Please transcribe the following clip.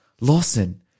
Lawson